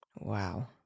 Wow